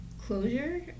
closure